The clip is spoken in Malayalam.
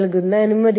നന്ദി അതെ ഇത് മതി